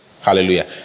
hallelujah